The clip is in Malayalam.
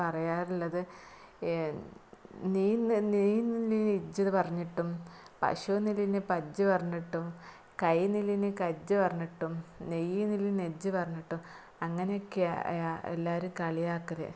പറയാറുള്ളത് നീയെന്ന് നീയെന്നുള്ളതിനു ഇജ്ജെന്നു പറഞ്ഞിട്ടും പശൂ എന്നുള്ളതിന് പജ്ജ് പറഞ്ഞിട്ടും കയ്യീന്ന്ല്ലെയ്ന് കജ്ജ് പറഞ്ഞിട്ടും നെയ്ന്നുള്ളതിന് നെജ്ജ് പറഞ്ഞിട്ടും അങ്ങനൊക്കെയാണ് എല്ലാവരും കളിയാക്കൽ